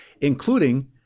including